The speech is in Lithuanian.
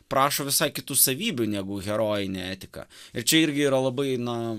prašo visai kitų savybių negu herojinė etika ir čia irgi yra labai na